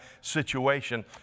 situation